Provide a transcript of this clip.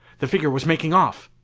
the figure was making off!